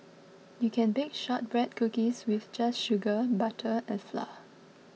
you can bake Shortbread Cookies with just sugar butter and flour